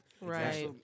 Right